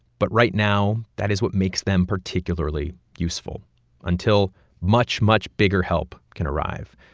but right now, that is what makes them particularly useful until much, much bigger help can arrive,